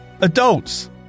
adults